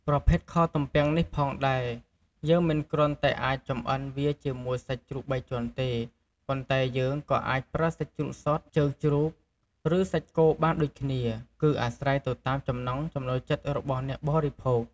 ប្រភេទខទំពាំងនេះផងដែរ យើងមិនគ្រាន់តែអាចចម្អិនវាជាមួយសាច់ជ្រូកបីជាន់ទេ ប៉ុន្តែយើងក៏អាចប្រើសាច់ជ្រូកសុទ្ធ ជើងជ្រូក ឬ សាច់គោបានដូចគ្នា គឺអាស្រ័យទៅតាមចំណង់ចំណូលចិត្តរបស់អ្នកបរិភោគ។